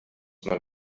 man